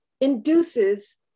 induces